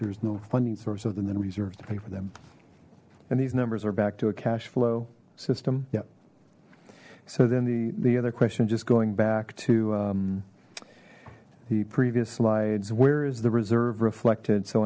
there's no funding source other than reserves to pay for them and these numbers are back to a cash flow system yep so then the the other question just going back to the previous slides where is the reserve reflected so